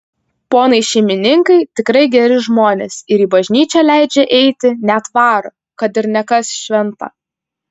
ponai šeimininkai tikrai geri žmonės ir į bažnyčią leidžia eiti net varo kad ir ne kas šventą